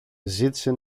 ζήτησε